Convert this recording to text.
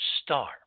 star